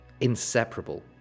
inseparable